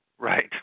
Right